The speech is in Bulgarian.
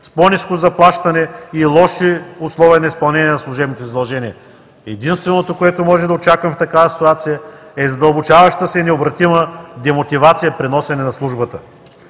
с по-ниско заплащане и лоши условия на изпълнение на служебните задължения? Единственото, което може да очакваме в такава ситуация, е задълбочаващата се и необратима демотивация при носене на службата.